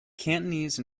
cantonese